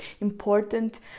important